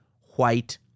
white